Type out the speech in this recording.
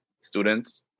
students